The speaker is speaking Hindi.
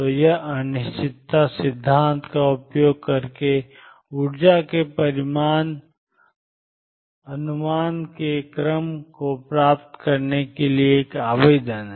तो यह अनिश्चितता सिद्धांत का उपयोग करके ऊर्जा के परिमाण अनुमान के क्रम को प्राप्त करने के लिए एक आवेदन है